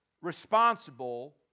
responsible